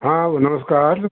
हा नमस्कार